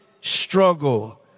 struggle